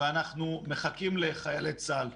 ואנחנו מחכים לחיילי צה"ל.